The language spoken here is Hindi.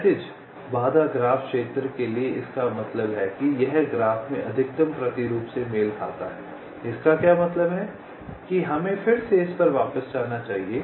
क्षैतिज बाधा ग्राफ क्षेत्र के लिए इसका मतलब है कि यह ग्राफ में एक अधिकतम प्रतिरूप से मेल खाता है इसका क्या मतलब है कि हमें फिर से इस पर वापस आना चाहिए